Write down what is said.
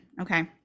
Okay